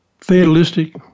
fatalistic